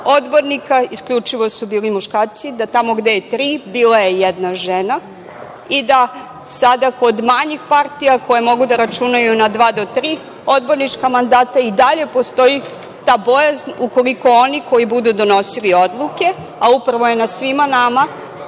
odbornika, isključivo su bili muškarci, da tamo gde je tri bila je jedna žena i da sada kod manjih partija, koje mogu da računaju na dva do tri odbornička mandata i dalje postoji ta bojazan ukoliko oni koji budu donosili odluke, a upravo je na svima nama